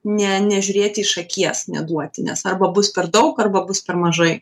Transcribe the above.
ne nežiūrėti iš akies neduoti nes arba bus per daug arba bus per mažai